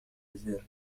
الزر